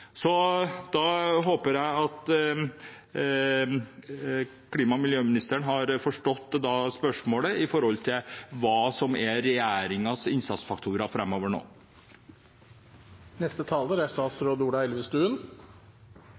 Da håper jeg at klima- og miljøministeren har forstått spørsmålet om hva som er regjeringens innsatsfaktorer framover. Jeg takker for interpellasjonen. Grønn skipsfart er